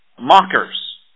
mockers